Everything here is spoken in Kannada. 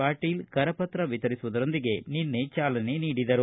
ಪಾಟೀಲ ಕರ ಪತ್ರ ವಿತರಿಸುವುದರೊಂದಿಗೆ ನಿನ್ನೆ ಚಾಲನೆ ನೀಡಿದರು